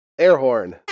airhorn